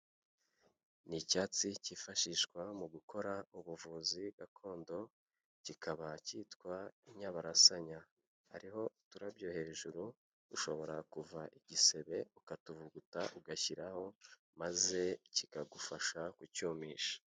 Ni icyatsi kifashishwa mu gukora ubuvuzi gakondo, kikaba cyitwa inyabarasanya, hariho uturabyo hejuru ushobora kuva igisebe ukatuvuguta ugashyiraho maze kikagufasha kucyumisha.